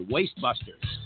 Wastebusters